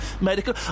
medical